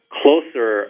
closer